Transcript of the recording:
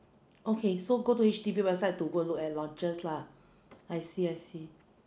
okay so go to H_D_B website to go and look at launches lah I see I see